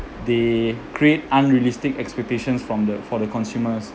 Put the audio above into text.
they create unrealistic expectations from the for the consumers